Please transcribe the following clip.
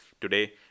Today